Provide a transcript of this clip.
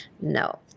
no